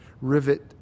rivet